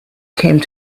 came